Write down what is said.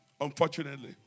Unfortunately